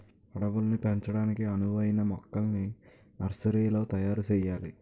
అడవుల్ని పెంచడానికి అనువైన మొక్కల్ని నర్సరీలో తయారు సెయ్యాలి